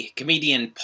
comedian